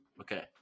Okay